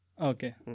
Okay